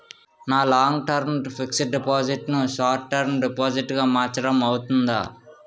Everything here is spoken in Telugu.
నా లాంగ్ టర్మ్ ఫిక్సడ్ డిపాజిట్ ను షార్ట్ టర్మ్ డిపాజిట్ గా మార్చటం అవ్తుందా?